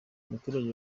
abaturage